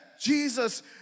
Jesus